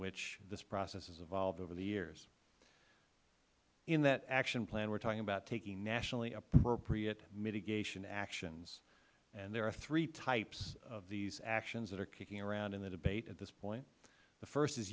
which this process has evolved over the years in that action plan we are talking about taking nationally appropriate mitigation actions and there are three types of these actions that are kicking around in the debate at this point the first is